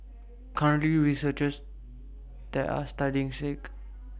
currently researchers there are studying sake